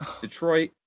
Detroit